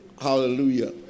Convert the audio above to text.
Hallelujah